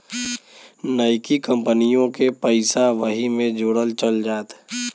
नइकी कंपनिओ के पइसा वही मे जोड़ल चल जात